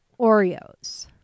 Oreos